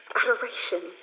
adoration